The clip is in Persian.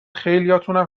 خیلیاتونم